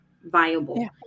viable